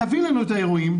תעביר לנו את האירועים,